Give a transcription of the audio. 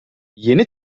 yeni